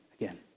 again